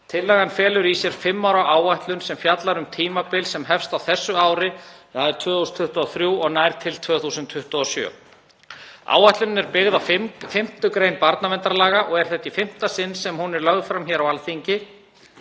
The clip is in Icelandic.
Tillagan felur í sér fimm ára áætlun sem fjallar um tímabil sem hefst á þessu ári, 2023, og nær til 2027. Áætlunin er byggð á 5. gr. barnaverndarlaga og er þetta í fimmta sinn sem lögð er fram á Alþingi